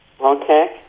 Okay